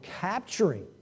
capturing